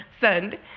send